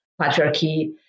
patriarchy